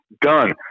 done